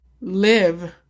Live